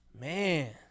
man